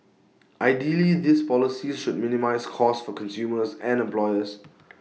ideally these policies should minimise cost for consumers and employers